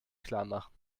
klarmachen